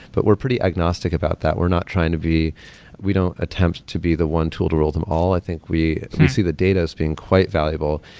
but we're pretty agnostic about that. we're not trying to be we don't attempt to be the one tool to rule them all. i think we see the data as being quite valuable,